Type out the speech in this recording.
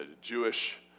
Jewish